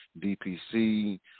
DPC